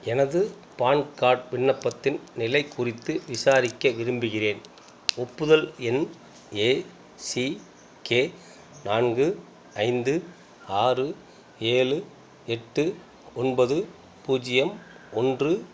எனது PAN card விண்ணப்பத்தின் நிலை குறித்து விசாரிக்க விரும்புகிறேன் ஒப்புதல் எண் ஏசிகே நான்கு ஐந்து ஆறு ஏழு எட்டு ஒன்பது பூஜ்ஜியம் ஒன்று